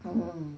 mm